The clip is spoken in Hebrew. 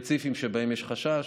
הספציפיים שבהם יש חשש.